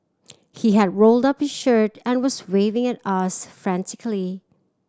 he had rolled up his shirt and was waving at us frantically